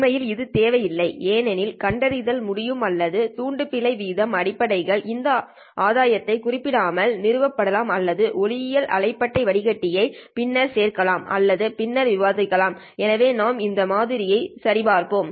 உண்மையில் இது தேவையில்லை ஏனெனில் கண்டறிதல் முடியும் அல்லது துண்டு பிழை வீதம் அடிப்படைகள் இந்த ஆதாயத்தை குறிப்பிடாமல் நிறுவப்படலாம் மற்றும் ஒளியியல் அலைபாட்டை வடிகட்டியை பின்னர் சேர்க்கலாம் அல்லது பின்னர் விவாதிக்கலாம் எனவே நாம் இந்த மாதிரியை சரியாகப் பார்ப்போம்